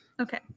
Okay